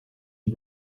and